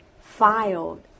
filed